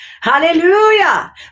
Hallelujah